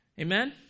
Amen